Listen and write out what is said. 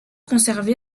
conservé